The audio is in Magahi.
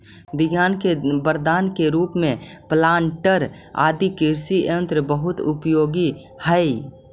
विज्ञान के वरदान के रूप में प्लांटर आदि कृषि यन्त्र बहुत उपयोगी हई